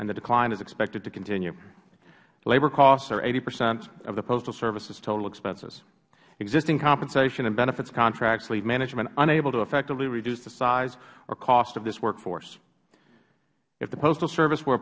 and the decline is expected to continue labor costs are eighty percent of the postal services total expenses existing compensation and benefits contracts leaves management unable to effectively reduce the size or cost of this workforce if the postal service were